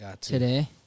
today